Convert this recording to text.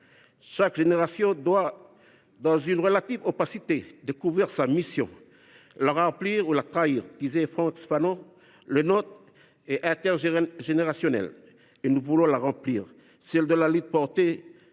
Chaque génération doit dans une relative opacité découvrir sa mission, la remplir ou la trahir », disait Frantz Fanon. La nôtre est intergénérationnelle et nous voulons la remplir : celle de la lutte pour